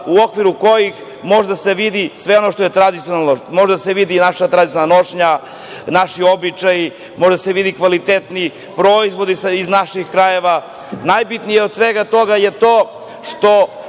u okviru kojih može da se vidi sve ono što je tradicionalno, može da se vidi naša tradicionalna nošnja, naši običaji, može da se vide kvalitetni proizvodi iz naših krajeva. Najbitnije od svega toga je to što